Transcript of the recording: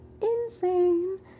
insane